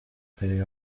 pay